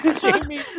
Jamie